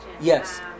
Yes